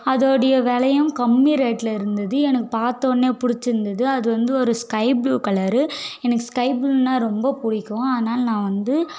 அதோடைய விலையும் கம்மி ரேட்டில் இருந்தது எனக்கு பார்த்தவொன்னே பிடிச்சிருந்துது அது வந்து ஒரு ஸ்கை ஃப்ளூ கலரு எனக்கு ஸ்கை ஃபுளுனால் ரொம்ப பிடிக்கும் அதனால நான் வந்து